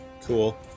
Cool